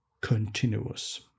continuous